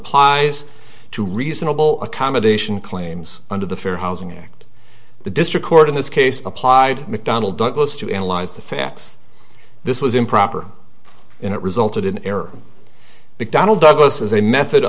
applies to reasonable accommodation claims under the fair housing act the district court in this case applied mcdonnell douglas to analyze the facts this was improper and it resulted in error big donald douglas is a method